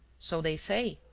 so they say.